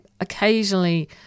occasionally